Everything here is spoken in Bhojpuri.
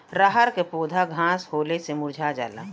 रहर क पौधा घास होले से मूरझा जाला